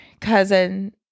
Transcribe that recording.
cousin